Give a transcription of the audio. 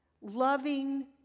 loving